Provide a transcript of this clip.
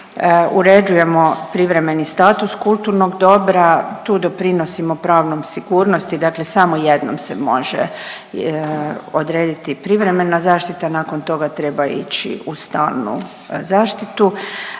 uređujemo privremeni status kulturnog dobra, tu doprinosimo pravnoj sigurnosti, dakle samo jednom se može odrediti privremena zaštita, nakon toga treba ići u stalnu zaštitu.